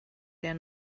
der